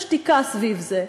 גם כשר לשיתוף פעולה